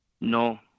No